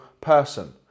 person